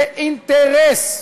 זה אינטרס.